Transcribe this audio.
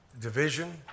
division